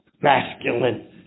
masculine